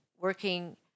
working